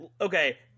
Okay